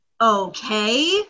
okay